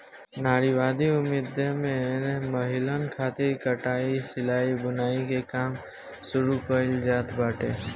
नारीवादी उद्यमिता में महिलन खातिर कटाई, सिलाई, बुनाई के काम शुरू कईल जात बाटे